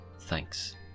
thanks